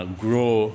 grow